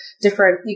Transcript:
different